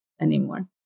anymore